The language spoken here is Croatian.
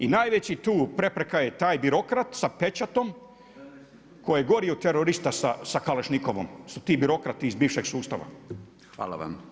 I najveći tu, prepreka je taj birokrat sa pečatom koji je gori od terorista sa kalašnikovom, su ti birokrati iz bivšeg sustava.